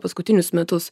paskutinius metus